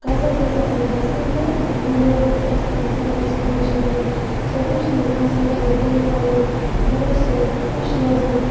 قزا گٔژھۍ آسٕنۍ گَژھنَے تہٕ نٮ۪ماز گٔژھ آسٕنۍ أمۍ پرمٕژ صُبحٕچ نٮ۪ماز صُبحٕچ نٮ۪ماز سۭتۍ چھِ أسۍ دِل پھۄلان دۄہَس خۄش روزان